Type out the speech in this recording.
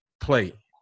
play